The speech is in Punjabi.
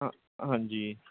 ਹਾਂ ਹਾਂਜੀ